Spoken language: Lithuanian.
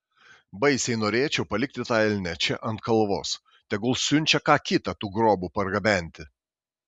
baisiai norėčiau palikti tą elnią čia ant kalvos tegu siunčia ką kitą tų grobų pargabenti